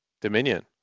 Dominion